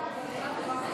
(הוראת